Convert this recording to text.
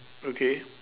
okay